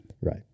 Right